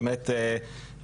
באמת,